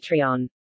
Patreon